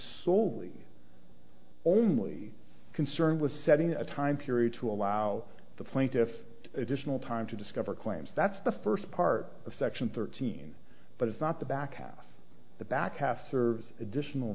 slowly only concern was setting a time period to allow the plaintiffs additional time to discover claims that's the first part of section thirteen but it's not the back half the back half serves additional